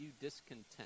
discontent